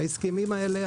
ההסכמים האלה,